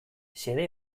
xede